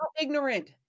ignorant